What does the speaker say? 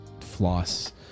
floss